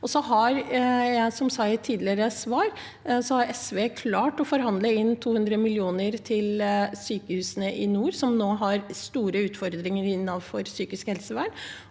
Som jeg sa i et tidligere svar, har SV klart å forhandle inn 200 mill. kr til sykehusene i nord, som nå har store utfordringer innenfor psykisk helsevern.